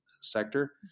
sector